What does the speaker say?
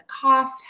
cough